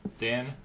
Dan